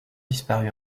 disparu